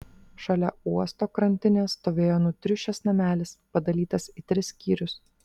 šalia uosto krantinės stovėjo nutriušęs namelis padalytas į tris skyrius